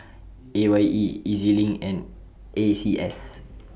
A Y E E Z LINK and A C S